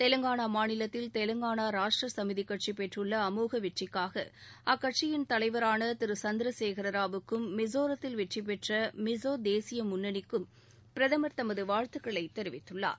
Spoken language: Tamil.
தெவங்கானா மாநிலத்தில் தெலங்கானா ராஷ்ட்ர சமிதி கட்சி பெற்றுள்ள அமோக வெற்றிக்காக அக்கட்சியின் தலைவரான திரு சந்திரசேகராவுக்கும் மிஸோரத்தில் வெற்றி பெற்ற மிஸோ தேசிய முன்னணிக்கும் பிரதமர் தமது வாழ்த்துக்களைத் தெரிவித்துள்ளார்